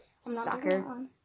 Sucker